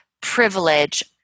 privilege